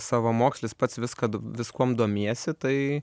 savamokslis pats viską viskuom domiesi tai